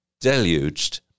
deluged